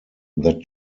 that